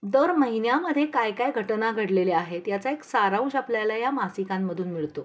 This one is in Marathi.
दर महिन्यामध्ये काय काय घटना घडलेल्या आहेत याचा एक सारांश आपल्याला या मासिकांमधून मिळतो